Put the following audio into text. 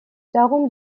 darum